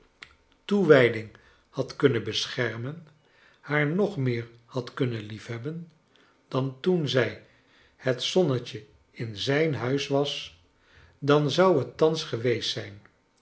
toewijding had kunnen beschermen haar nog meer had kunnen liefhebben dan toen zij het zonnetje in zijn huis was dan zou het thans geweest zijn